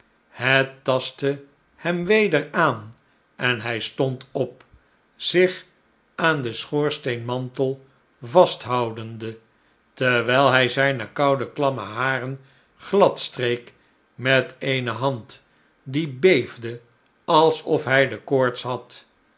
het tastte hem weder aan en hij stondop zich aan den schoorsteenmantel vasthoudende terwyl hij zijne koude klamme haren gladstreek met eene hand die beefde alsof hij de koorts had